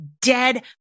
Dead